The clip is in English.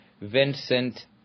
Vincent